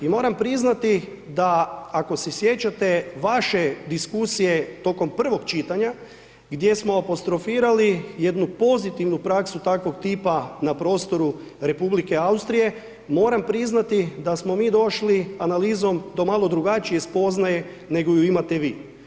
I moram priznati da ako se sjećate vaše diskusije tokom prvog čitanja gdje smo apostrofirali jednu pozitivnu praksu takvog tipa na prostoru RH, moram priznati da smo mi došli analizom do malo drugačije spoznaje nego ju imate vi.